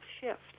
shift